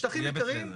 זה כולל מרתפים?